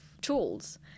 tools